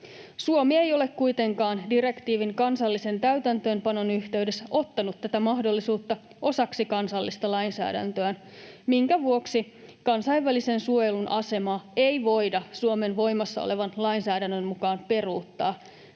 Suomi ei ole kuitenkaan direktiivin kansallisen täytäntöönpanon yhteydessä ottanut tätä mahdollisuutta osaksi kansallista lainsäädäntöään, minkä vuoksi kansainvälisen suojelun asemaa ei voida Suomen voimassa olevan lainsäädännön mukaan peruuttaa